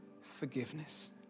forgiveness